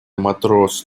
матрос